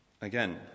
Again